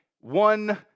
one